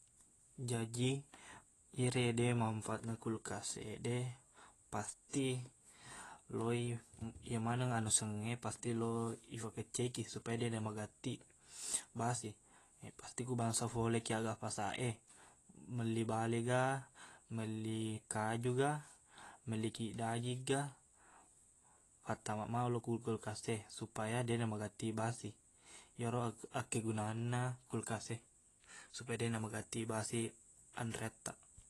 Jaji, iyerede manfaatna kulkas ede, pasti loi, iye maneng anu sengnge, pasti lao ifakecceki supaya deqna magattiq basi. Pasti ko bangsa folekiq aga fasaq e melli bale ga, melli kaju ga, mellikiq daging ga, pattama maneng maolo ko kulkas e supaya deqna magattiq basi. Iyero akk- akkegunanna kulkas e. Supaya deqna magattiq basi anreattaq.